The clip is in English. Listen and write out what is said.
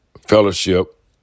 fellowship